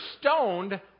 stoned